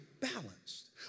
balanced